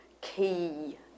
key